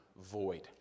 void